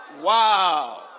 Wow